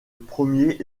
premier